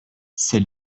ces